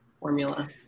formula